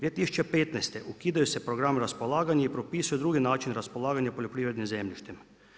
2015. ukidaju se programi raspolaganja i propisuju drugi načini raspolaganja poljoprivrednim zemljištem.